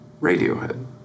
Radiohead